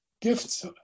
gifts